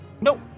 Nope